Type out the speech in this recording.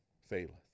faileth